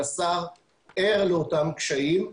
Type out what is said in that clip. והשר ער לאותם קשיים.